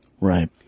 Right